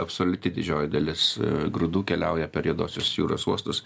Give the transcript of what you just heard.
absoliuti didžioji dalis grūdų keliauja per juodosios jūros uostus